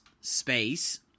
space